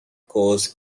course